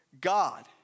God